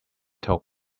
took